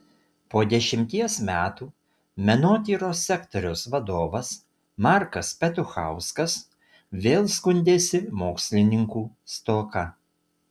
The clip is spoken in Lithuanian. po dešimties metų menotyros sektoriaus vadovas markas petuchauskas vėl skundėsi mokslininkų stoka